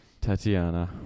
Tatiana